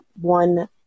one